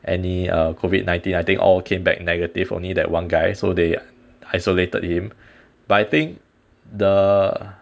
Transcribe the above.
any uh COVID nineteen I think all came back negative only that one guy so they isolated him but I think the